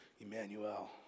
Emmanuel